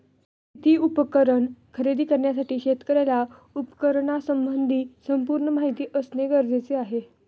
शेती उपकरण खरेदी करण्यासाठी शेतकऱ्याला उपकरणासंबंधी संपूर्ण माहिती असणे गरजेचे आहे